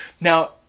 now